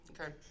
okay